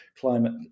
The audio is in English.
climate